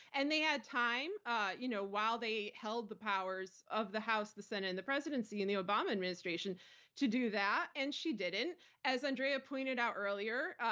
and they had time ah you know while they held the powers of the house, the senate and the presidency in the obama administration to do that and she didn't. as andrea pointed out earlier,